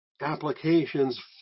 applications